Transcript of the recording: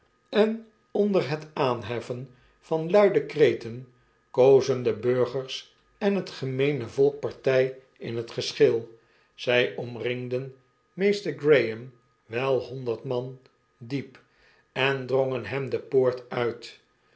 en onder het aanheffen van luide kreten kozen de burgers en het gemeene volk party in het geschil zjj omringden meester graham wel honderd man diep en drongen hem de poort uit